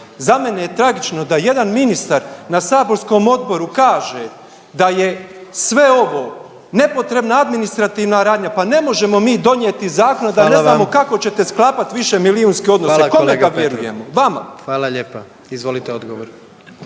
Za mene je tragično da jedan ministar na saborskom odboru kaže da je sve ovo nepotrebna administrativna radnja. Pa ne možemo mi donijeti zakon, a da ne znamo kako ćete sklapati …/Upadica: Hvala vam./… višemilijunske odnose